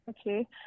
Okay